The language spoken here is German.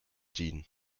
dienen